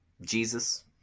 Jesus